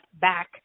back